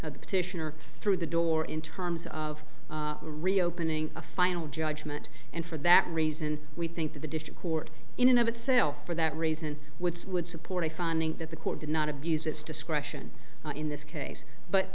the petitioner through the door in terms of reopening a final judgment and for that reason we think that the district court in and of itself for that reason which would support a funding that the court did not abuse its discretion in this case but